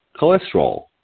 cholesterol